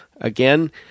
again